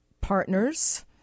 partners